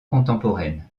contemporaine